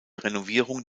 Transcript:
renovierung